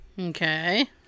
Okay